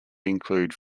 include